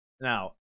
Now